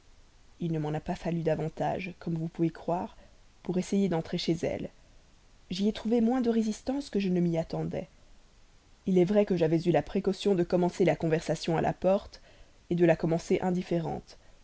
il ne m'en a pas fallu davantage comme vous pouvez croire pour essayer d'entrer chez elle j'y ai trouvé moins de résistance que je ne m'y attendais il est vrai que j'avais eu la précaution de commencer la conversation à la porte de la commencer indifférente